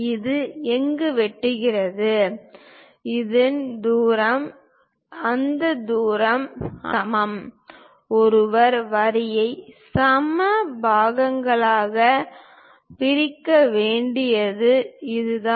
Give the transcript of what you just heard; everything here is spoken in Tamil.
இது எங்கு வெட்டுகிறது இந்த தூரம் இந்த தூரம் அனைத்தும் சமம் ஒருவர் வரியை சம பாகங்களாக பிரிக்க வேண்டியது இதுதான்